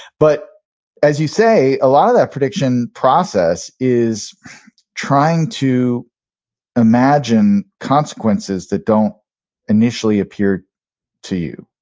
but as you say, a lot of that prediction process is trying to imagine consequences that don't initially appear to you.